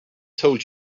told